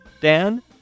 Dan